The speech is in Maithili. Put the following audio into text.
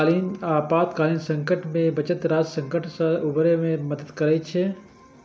आपातकालीन संकट मे बचत राशि संकट सं उबरै मे मदति करै छै